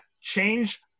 change